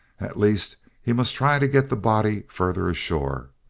at least, he must try to get the body farther ashore.